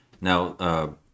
Now